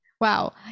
Wow